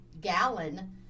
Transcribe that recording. gallon